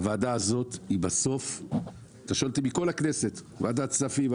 אתה שואל אותי מעל הכנסת ועדת כספים,